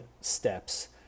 steps